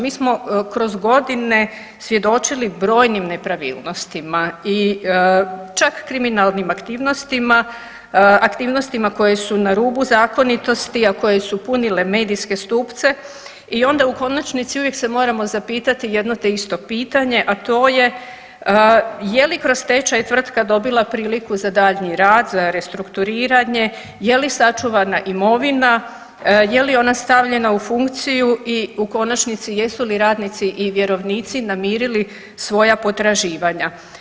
Mi smo kroz godine svjedočili brojnim nepravilnostima i čak kriminalnim aktivnostima, aktivnostima koje su na rubu zakonitosti, a koje su punile medijske stupce i onda u konačnici uvijek se moramo zapitati jedno te isto pitanje, a to je je li kroz stečaj tvrtka dobila priliku za daljnji rad, za restrukturiranje, je li sačuvana imovina, je li ona stavljena u funkciju i u konačnici jesu li radnici i vjerovnici namirili svoja potraživanja.